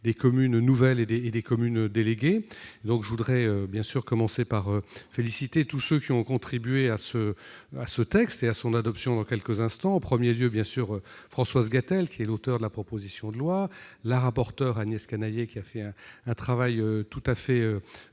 des communes nouvelles et des communes déléguées. Je voudrais commencer par féliciter tous ceux qui ont contribué à ce texte et à son adoption, attendue dans quelques instants. En premier lieu, Françoise Gatel, qui est l'auteur de la proposition de loi, mais aussi la rapporteur Agnès Canayer qui a fait un travail tout à fait